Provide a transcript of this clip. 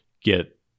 get